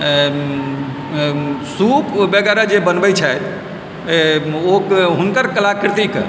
सूप वगेरह जे बनबय छथि ओ हुनकर कलाकृतिके